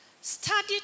Study